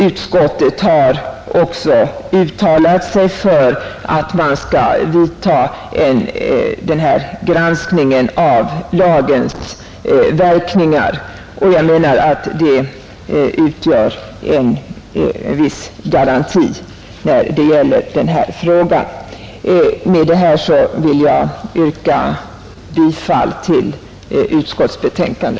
Utskottet har också uttalat sig för att sådan granskning av lagens verkningar skall företas. Jag anser att det utgör en viss garanti för den händelse lagen skulle få negativa verkningar. Med dessa ord vill jag yrka bifall till hemställan i utskottets betänkande,